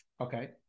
okay